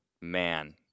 Man